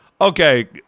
Okay